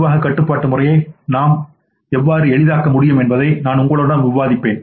நிர்வாகக் கட்டுப்பாட்டு முறையை நாம் எவ்வாறு எளிதாக்க முடியும் என்பதை நான் உங்களுடன் விவாதிப்பேன்